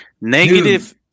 Negative